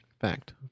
fact